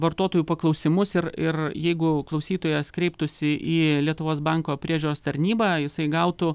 vartotojų paklausimus ir ir jeigu klausytojas kreiptųsi į lietuvos banko priežiūros tarnybą jisai gautų